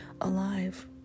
alive